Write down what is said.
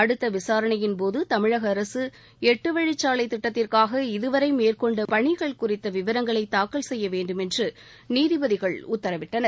அடுத்த விசாரணையின் போது தமிழக அரசு எட்டு வழிச்சாலைத் திட்டத்திற்காக இதுவரை மேற்கொண்ட பணிகள் குறித்த விவரங்களை தாக்கல் செய்ய வேண்டுமென்று நீதிபதிகள் உத்தரவிட்டனர்